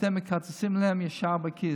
אתם מקצצים להם ישר בכיס.